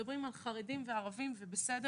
מדברים על חרדים וערבים זה בסדר.